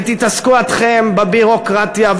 ותתעסקו אתם בביורוקרטיה,